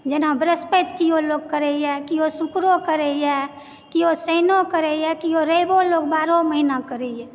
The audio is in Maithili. जेना वृहस्पति केओ लोग करयए केओ शुक्रो करयए केओ शनिओ करयए केओ रविओ लोक बारहो महीना करयए